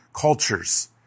cultures